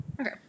Okay